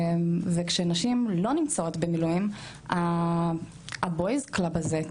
וכשנשים לא נמצאות במילואים ה"בוייז קלאב" הזה,